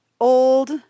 old